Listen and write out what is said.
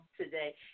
today